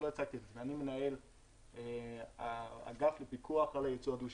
לא הצגתי את עצמי: אני מנהל האגף לפיקוח על הייצוא הדו-שימושי.